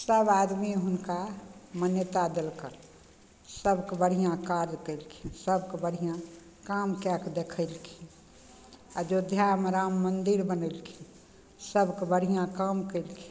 सब आदमी हुनका मान्यता देलकनि सबके बढिआँ कार्य कयलखिन सबके बढ़िआँ काम कए कऽ देखेलखिन अयोध्यामे राम मन्दिर बनेलखिन सबके बढ़िआँ काम कयलखिन